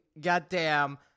goddamn